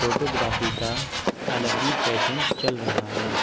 photography کا الگ ہی فیشن چل رہا ہے